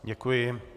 Děkuji.